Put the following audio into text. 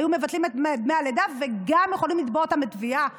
היו מבטלים את דמי הלידה וגם יכולים לתבוע אותן בתביעה פלילית.